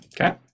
Okay